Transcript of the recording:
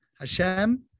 Hashem